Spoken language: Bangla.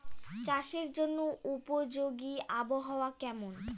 চাষের জন্য উপযোগী আবহাওয়া কেমন?